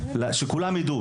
שכולם ידעו,